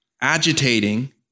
agitating